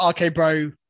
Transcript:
RK-Bro